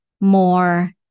more